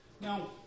Now